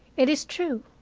it is true.